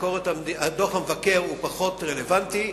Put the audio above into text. הוא פחות רלוונטי,